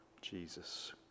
Jesus